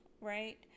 right